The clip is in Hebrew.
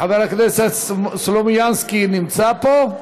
חבר הכנסת ניסן סלומינסקי נמצא פה?